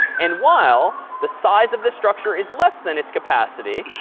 and while the size of the structure is less than its capacity,